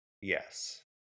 Yes